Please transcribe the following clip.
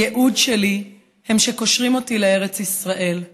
הייעוד שלי, הם שקושרים אותי לארץ ישראל.